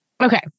Okay